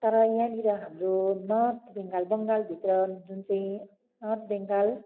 तर यहाँनिर हाम्रो नर्थ बेङ्गल बङ्गालभित्र जुन चाहिँ नर्थ बेङ्गल